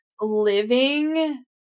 living